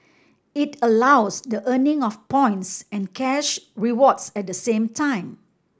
it allows the earning of points and cash rewards at the same time